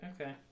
Okay